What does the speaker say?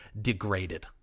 degraded